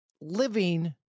living